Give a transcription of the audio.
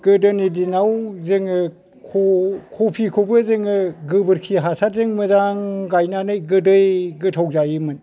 गोदोनि दिनाव जोङो खफिखौबो जोङो गोबोरखि हासारजों मोजां गाइनानै गोदै गोथाव जायोमोन